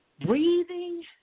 breathing